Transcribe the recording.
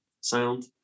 sound